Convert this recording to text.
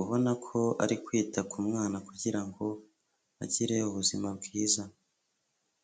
ubona ko ari kwita k'umwana kugirango agire ubuzima bwiza.